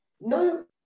no